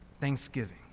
thanksgiving